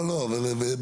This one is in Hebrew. לא, לא.